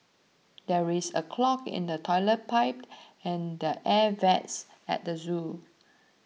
there is a clog in the Toilet Pipe and the Air Vents at the zoo